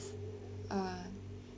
uh